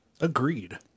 Agreed